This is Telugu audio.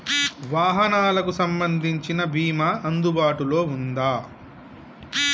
వాహనాలకు సంబంధించిన బీమా అందుబాటులో ఉందా?